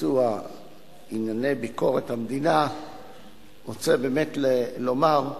לביצוע ענייני ביקורת המדינה רוצה באמת לומר,